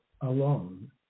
alone